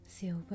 silver